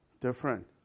different